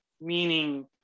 meaning